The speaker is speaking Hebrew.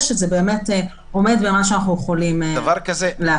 שזה באמת עומד במה שאנחנו יכולים לאפשר.